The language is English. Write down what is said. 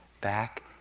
back